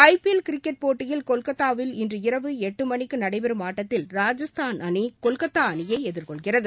ஐ P L cricket போட்டியில் கொல்கத்தாவில் இன்று இரவு எட்டு மணிக்கு நடைபெறும் ஆட்டத்தில் ராஜஸ்தான் அணி கொல்கத்தா அணியை எதிர்கொள்கிறது